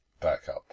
backup